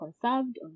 conserved